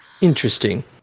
Interesting